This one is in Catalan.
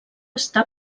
està